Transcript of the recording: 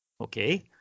Okay